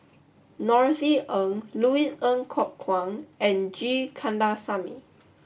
Norothy Ng Louis Ng Kok Kwang and G Kandasamy